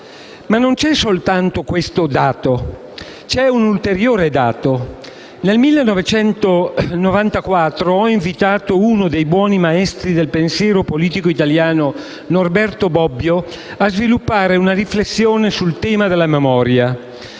acquisita, e quella giudiziaria. Nel 1994 ho invitato uno dei buoni maestri del pensiero politico italiano, Norberto Bobbio, a sviluppare una riflessione sul tema della memoria.